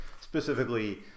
specifically